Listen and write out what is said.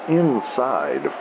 inside